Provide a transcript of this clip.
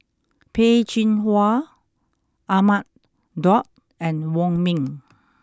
Peh Chin Hua Ahmad Daud and Wong Ming